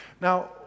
Now